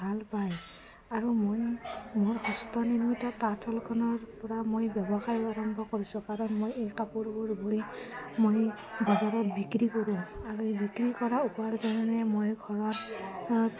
ভালপায় আৰু মই মোৰ হস্ত নিৰ্মিত তাঁতশালখনৰপৰা মই ব্যৱসায়ো আৰম্ভ কৰিছোঁ কাৰণ মই এই কাপোৰবোৰ বৈ মই বজাৰত বিক্ৰী কৰোঁ আৰু এই বিক্ৰী কৰা উপাৰ্জনেৰে মই ঘৰত